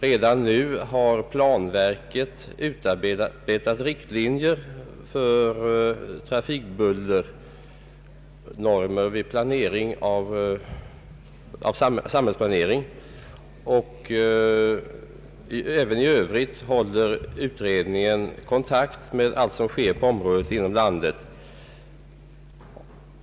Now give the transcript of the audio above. Redan nu har planverket utarbetat riktlinjer för trafikbullernormer vid samhällsplanering. Även i övrigt håller utredningen kontakt med allt som sker på området inom landet.